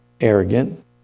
arrogant